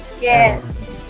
Yes